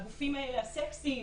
הגופים האלה הסקסיים,